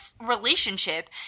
relationship